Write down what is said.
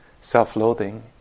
self-loathing